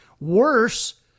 worse